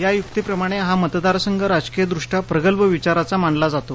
या युक्तीप्रमाणे हा मतदारसंघ राजकीयदृष्ट्या प्रगल्भ विचारांचा मानला जातो